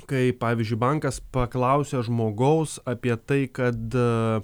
kai pavyzdžiui bankas paklausia žmogaus apie tai kad